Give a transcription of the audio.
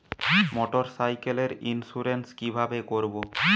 মোটরসাইকেলের ইন্সুরেন্স কিভাবে করব?